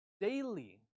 daily